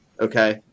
Okay